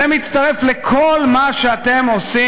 זה מצטרף לכל מה שאתם עושים,